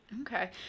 Okay